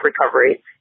recovery